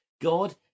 God